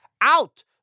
out